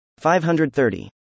530